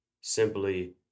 simply